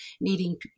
needing